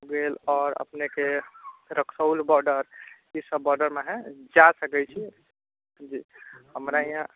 भेल आओर अपनेके रक्सौल बॉर्डर ईसब बॉर्डरमे हइ जा सकै छी जी हमरा यहाँ